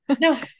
No